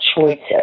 choices